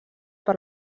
per